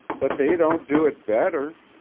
but they don't do it better.